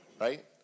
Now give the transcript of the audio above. right